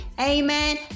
Amen